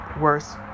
worse